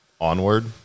Onward